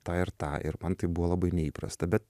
tą ir tą ir man tai buvo labai neįprasta bet